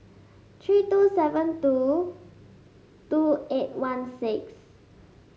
three two seven two two eight one six